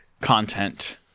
content